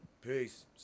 peace